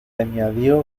añadió